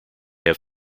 have